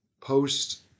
post